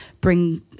bring